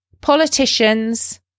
Politicians